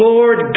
Lord